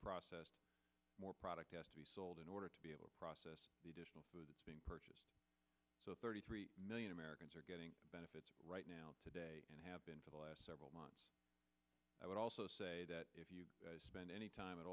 processed more product old in order to be able to process the additional food being purchased so thirty three million americans are getting benefits right now today and have been for the last several months i would also say that if you spend any time at